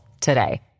today